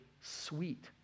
sweet